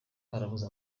barabuze